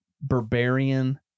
Barbarian